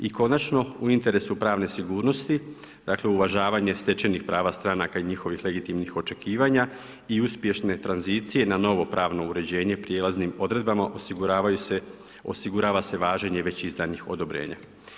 I konačno u interesu pravne sigurnosti, dakle uvažavanje stečenih prava stranaka i njihovih legitimnih očekivanja i uspješne tranzicije na novo pravno uređenje prijelaznim odredbama osigurava se važenje već izdanih odobrenja.